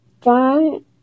John